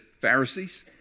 Pharisees